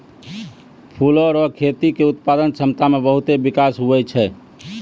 फूलो रो खेती के उत्पादन क्षमता मे बहुत बिकास हुवै छै